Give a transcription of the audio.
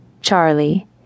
charlie